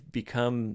become